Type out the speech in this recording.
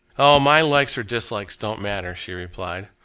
oh! my likes or dislikes don't matter, she replied.